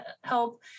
help